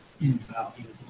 invaluable